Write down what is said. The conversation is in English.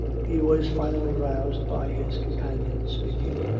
he was finally roused by his companion's speaking.